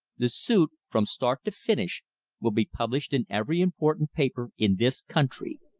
the suit from start to finish will be published in every important paper in this country.